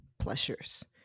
pleasures